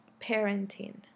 parenting